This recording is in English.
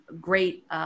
great